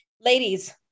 ladies